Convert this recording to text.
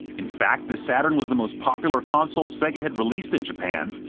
in fact, the saturn was the most popular console sega had released in japan,